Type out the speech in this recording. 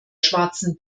schwarzen